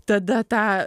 tada tą